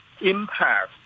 impact